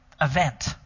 event